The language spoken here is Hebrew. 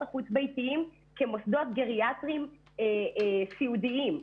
החוץ-ביתיים כמוסדות גריאטריים סיעודיים.